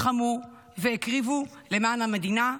לחמו והקריבו למען המדינה,